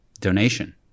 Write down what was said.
donation